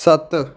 ਸੱਤ